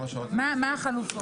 שבע.